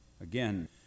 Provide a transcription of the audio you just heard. again